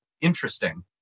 interesting